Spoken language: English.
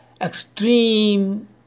extreme